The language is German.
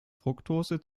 fruktose